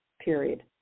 period